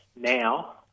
now